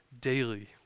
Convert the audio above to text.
daily